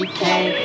Okay